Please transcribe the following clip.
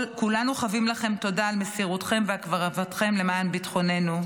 כולנו חבים לכם תודה על מסירותכם והקרבתכם למען ביטחוננו.